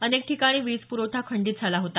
अनेक ठिकाणी वीज प्रवठा खंडीत झाला होता